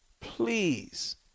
Please